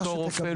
הפרוטזה.